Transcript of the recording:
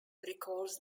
recalls